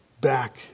back